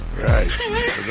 Right